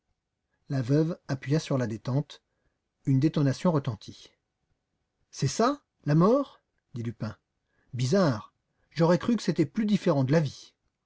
la veuve appuya sur la détente une détonation retentit c'est ça la mort dit lupin bizarre j'aurais cru que c'était plus différent de la vie